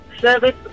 service